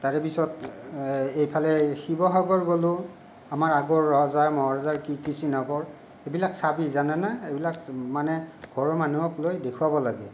তাৰে পিছত এইফালে শিৱসাগৰ গ'লো আমাৰ আগৰ ৰজা মহাৰজাৰ কীৰ্তিচিহ্নবোৰ সেইবিলাক চাবি জানানে সেইবিলাক মানে ঘৰৰ মানুহক লৈ দেখুৱাব লাগে